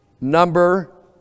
number